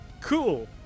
Cool